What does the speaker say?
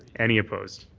any opposed?